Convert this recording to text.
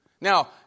Now